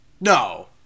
No